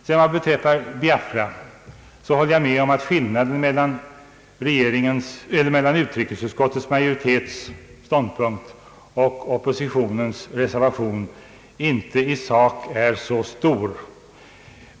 Vad beträffar Biafra håller jag med om att skillnaden mellan utskottsmajoritetens och oppositionens ståndpunkt i sak inte är så stor.